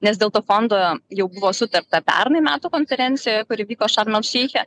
nes dėl to fondo jau buvo sutarta pernai metų konferencijoje kuri vyko šarm el šeiche